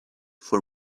for